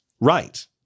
Right